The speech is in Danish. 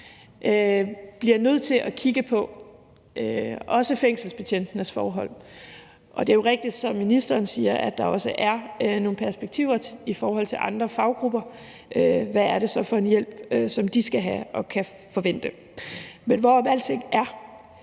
bliver nødt til at kigge på også fængselsbetjentenes forhold. Det er jo rigtigt, som ministeren siger, at der også er nogle perspektiver i forhold til andre faggrupper. Hvad er det så for en hjælp, de skal have og kan forvente? Men hvorom alting er,